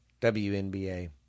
WNBA